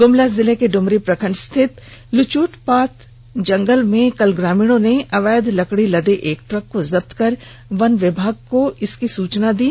गुमला जिले के डुमरी प्रखंड स्थित लुचूतपाट जंगल में कल ग्रामीणों ने अवैध लकड़ी लदे एक ट्रक को जप्त कर वन विभाग को इसकी सूचना दी